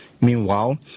Meanwhile